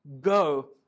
Go